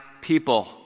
people